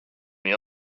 meal